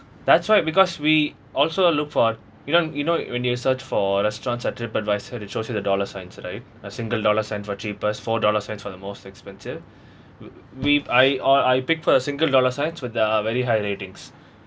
that's why because we also look for you know you know when you search for restaurants on trip advisor it shows you the dollar signs right a single dollar sign for cheapest four dollar signs for the most expensive we've I or I pick first single dollar signs with uh very high ratings